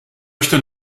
möchte